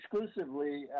exclusively